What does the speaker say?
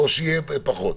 או שיהיה פחות.